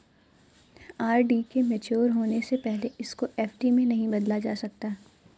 RD के mature होने से पहले इसको एफ.डी में नहीं बदला जा सकता